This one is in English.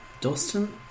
Dustin